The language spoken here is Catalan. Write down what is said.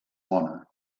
bona